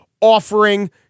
offering